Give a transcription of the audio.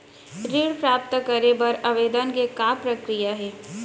ऋण प्राप्त करे बर आवेदन के का प्रक्रिया हे?